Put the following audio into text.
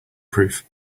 proof